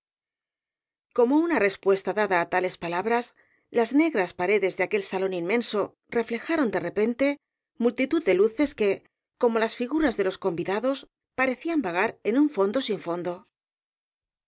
como una respuesta dada á tales palabras las negras paredes de aquel salón inmenso reflejaron de repente multitud de luces que como las figuras de los convidados parecían vagar en un fondo sin fondo